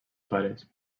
pares